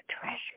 treasure